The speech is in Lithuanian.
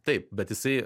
taip bet jisai